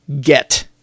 get